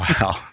Wow